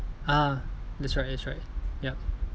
ah that's right that's right ya